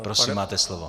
Prosím, máte slovo.